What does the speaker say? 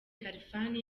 khalfan